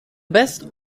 best